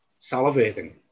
salivating